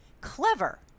Clever